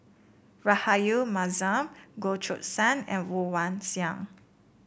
Rahayu Mahzam Goh Choo San and Woon Wah Siang